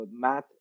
math